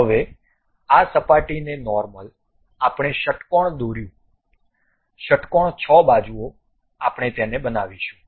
હવે આ સપાટી ને નોર્મલ આપણે ષટ્કોણ દોર્યું ષટ્કોણ 6 બાજુઓ આપણે તેને બનાવીશું